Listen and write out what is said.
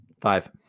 Five